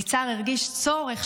יצהר הרגיש צורך,